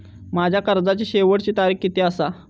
माझ्या कर्जाची शेवटची तारीख किती आसा?